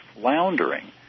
floundering